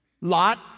Lot